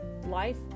Life